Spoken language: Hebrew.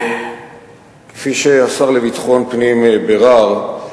כפי שהשר לביטחון פנים בירר,